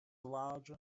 large